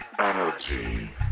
energy